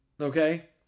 okay